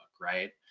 right